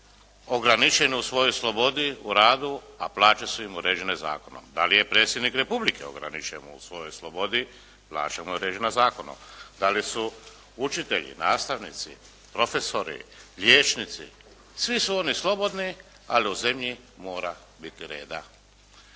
ograničeni u svojoj slobodi u radu a plaće su im uređene zakonom? Da li je predsjednik Republike ograničen u svojoj slobodi plaća mu je uređena zakonom? Da li su učitelji, nastavnici, profesori, liječnici? Svi su oni slobodni, ali u zemlji mora biti reda.